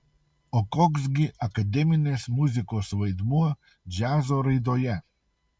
o koks gi akademinės muzikos vaidmuo džiazo raidoje